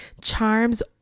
charms